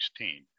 2016